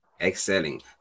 Excelling